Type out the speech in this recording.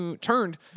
turned